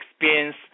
experience